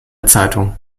zeitung